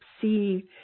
see